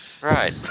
Right